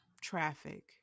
traffic